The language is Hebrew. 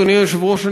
אדוני היושב-ראש,